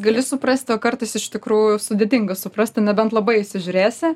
gali suprasti o kartais iš tikrųjų sudėtinga suprasti nebent labai įsižiūrėsi